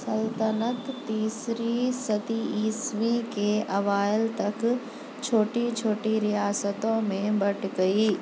سلطنت تیسری صدی عیسوی کے اوائل تک چھوٹی چھوٹی ریاستوں میں بٹ گئی